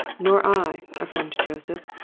nor i, affirmed joseph.